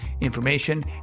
information